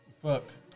Fucked